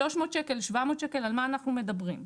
300 ש"ח, 700 ש"ח, על מה אנחנו מדברים?